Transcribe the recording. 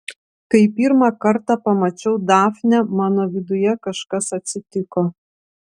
kai pirmą kartą pamačiau dafnę mano viduje kažkas atsitiko